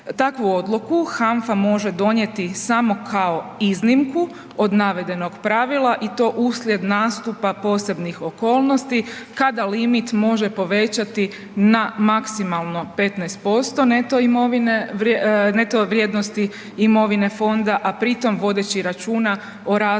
Takvu odluku HANFA može donijeti samo kao iznimku od navedenog pravila i to uslijed nastupa posebnih okolnosti kada limit može povećati na maksimalno 15% neto imovine, neto vrijednosti imovine fonda, a pritom vodeći računa o razmjernosti